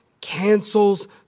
cancels